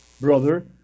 brother